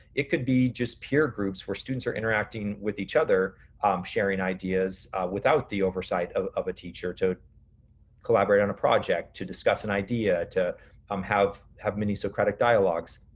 it could be just peer groups where students are interacting with each other sharing ideas without the oversight of of a teacher to collaborate on a project, to discuss an idea, to um have have many socratic dialogues,